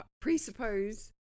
presuppose